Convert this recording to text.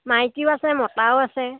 মাইকীও আছে মতাও আছে